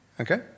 Okay